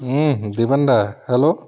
Dwipen da hello